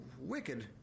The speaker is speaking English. wicked